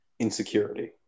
insecurity